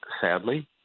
sadly